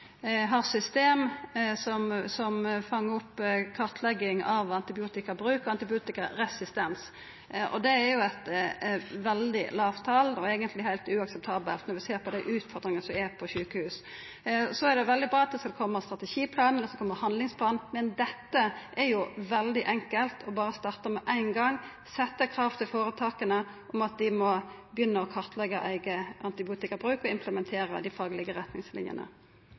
system som fangar opp kartlegging av antibiotikabruk og antibiotikaresistens. Det er eit svært lågt tal, og eigentleg heilt uakseptabelt når vi ser på dei utfordringane som er på sjukehus. Det er bra at det skal koma ein strategiplan, og at det skal koma ein handlingsplan, men dette er jo veldig enkelt å berre starta med ein gong – setja krav til føretaka om at dei må begynna å kartleggja eigen antibiotikabruk og implementera dei faglege retningslinjene.